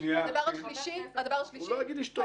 שאלה שלישית נציג מתפ"ש,